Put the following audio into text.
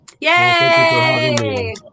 Yay